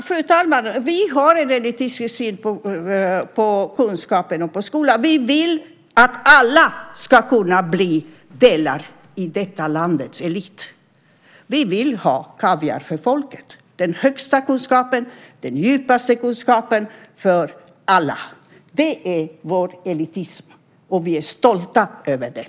Fru talman! Vi har en elitistisk syn på kunskap och skola. Vi vill att alla ska kunna bli en del av detta lands elit. Vi vill ha kaviar för folket. Den högsta kunskapen, den djupaste kunskapen för alla är vår elitism. Vi är stolta över det.